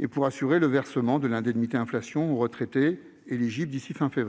et permettre le versement de l'indemnité inflation aux retraités éligibles d'ici à la fin